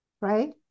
right